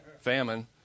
Famine